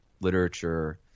literature